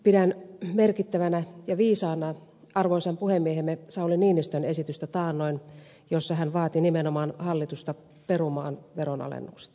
pidän merkittävänä ja viisaana arvoisan puhemiehemme sauli niinistön esitystä taannoin jossa hän vaati nimenomaan hallitusta perumaan veronalennukset